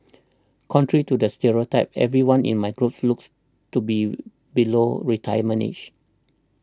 contrary to the stereotype nearly everyone in my group looks to be below retirement age